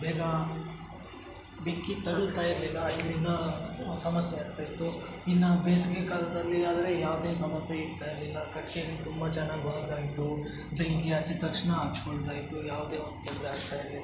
ಬೇಗ ಬೆಂಕಿ ತಗುಲ್ತಾ ಇರಲಿಲ್ಲ ಇದರಿಂದ ಸಮಸ್ಯೆ ಆಗ್ತಾಯಿತ್ತು ಇನ್ನು ಬೇಸಿಗೆ ಕಾಲದಲ್ಲಿ ಆದರೆ ಯಾವುದೇ ಸಮಸ್ಯೆ ಇರ್ತಾ ಇರಲಿಲ್ಲ ಕಟ್ಟಿಗೇಲಿ ತುಂಬ ಚೆನ್ನಾಗ್ ಆಗಿತ್ತು ಬೆಂಕಿ ಹಚ್ಚಿದ್ ತಕ್ಷಣ ಹಚ್ಕೊಳ್ತಾ ಇತ್ತು ಯಾವುದೇ ಒಂದು ತೊಂದರೆ ಆಗ್ತಾಯಿರಲಿಲ್ಲ